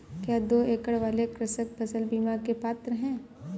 क्या दो एकड़ वाले कृषक फसल बीमा के पात्र हैं?